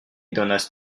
donas